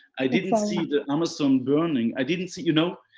i didn't see the amazon burning. i didn't see, you know.